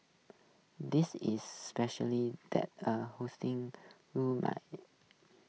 this is specially that A housing